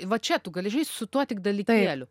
va čia tu gali žaisti su tuo tik dalykėliu